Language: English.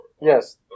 Yes